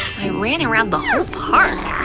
ran around the whole park!